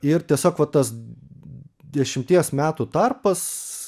ir tiesiog va tas dešimties metų tarpas